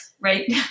Right